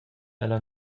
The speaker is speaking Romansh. ella